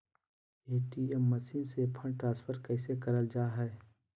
ATM machine से fund transfer कैसे करल जा है?